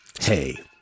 hey